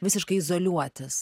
visiškai izoliuotis